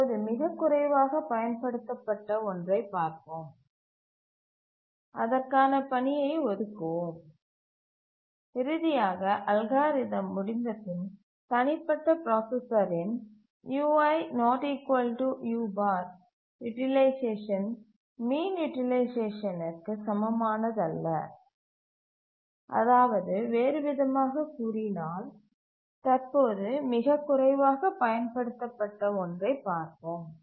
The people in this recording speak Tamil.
தற்போது மிகக் குறைவாகப் பயன்படுத்தப்பட்ட ஒன்றைப் பார்ப்போம் அதற்கான பணியை ஒதுக்குவோம்